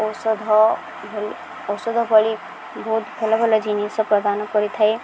ଔଷଧ ଭଳି ଔଷଧ ଭଳି ବହୁତ ଭଲ ଭଲ ଜିନିଷ ପ୍ରଦାନ କରିଥାଏ